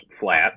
flat